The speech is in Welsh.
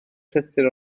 llythyr